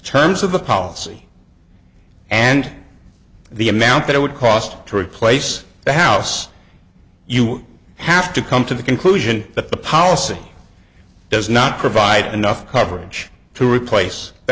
terms of the policy and the amount that it would cost to replace the house you have to come to the conclusion that the policy does not provide enough coverage to replace the